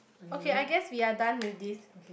okay I guess we are done with this